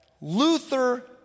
Luther